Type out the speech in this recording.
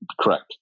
Correct